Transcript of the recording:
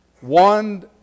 one